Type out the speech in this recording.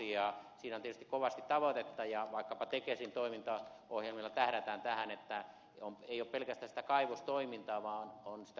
siinä on tietysti kovasti tavoitetta ja vaikkapa tekesin toimintaohjelmilla tähdätään tähän että ei ole pelkästään sitä kaivostoimintaa vaan on sitä kaivosteknologiaa